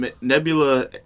Nebula